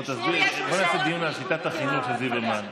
בוא נעשה דיון על שיטת החינוך של ליברמן.